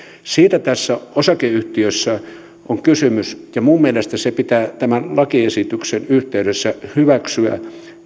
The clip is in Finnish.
siitä tässä osakeyhtiössä on kysymys ja minun mielestäni se pitää tämän lakiesityksen yhteydessä hyväksyä